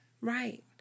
right